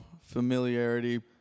familiarity